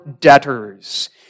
debtors